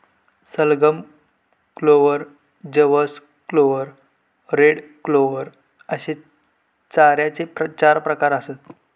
सलगम, क्लोव्हर, जवस clover, red clover अश्ये चाऱ्याचे चार प्रकार आसत